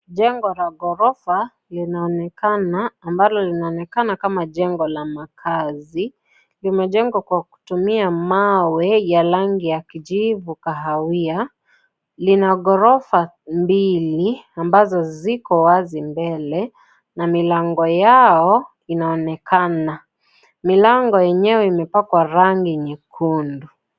Jengo la ghorofa, linaonekana ambalo linaonekana kama jengo la makazi. Limejengwa kwa kutumia mawe ya rangi ya kijivu kahawia. Lina ghorofa mbili ambazo ziko wazi mbele na milango yao inaonekana. Milango yenyewe imepakwa rangi nyekundu.